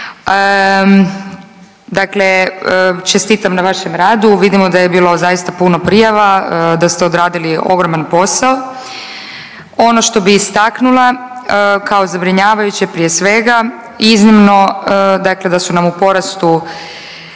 Dakle, čestitam na vašem radu. Vidimo da je bilo zaista puno prijava, da ste odradili ogroman posao. Ono što bih istaknula kao zabrinjavajuće prije svega iznimno, dakle da su nam u porastu